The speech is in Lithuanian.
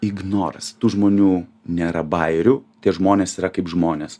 ignoras tų žmonių nėra bajerių tie žmonės yra kaip žmonės